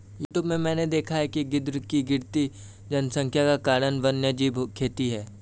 YouTube में मैंने देखा है कि गिद्ध की गिरती जनसंख्या का कारण वन्यजीव खेती है